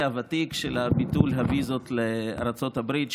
הוותיק של ביטול הוויזות לארצות הברית.